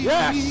Yes